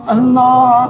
Allah